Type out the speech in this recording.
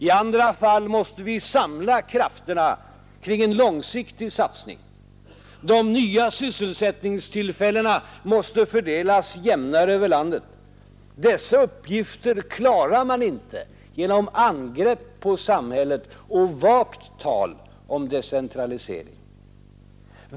I andra fall måste vi samla krafterna kring en långsiktig satsning. De nya sysselsättningstillfällena måste fördelas jämnare över landet. Dessa uppgifter klarar man inte genom angrepp på samhället och vagt tal om decentralisering.